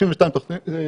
62 תוכניות.